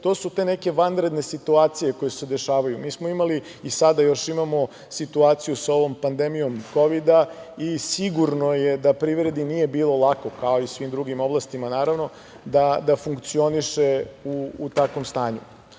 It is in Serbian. to su te neke vanredne situacije koje se dešavaju. Mi smo imali i sada još imamo situaciju sa ovom pandemijom Kovida i sigurno je da privredi nije bilo lako, kao i svim drugim oblastima naravno, da funkcioniše u takvom stanju.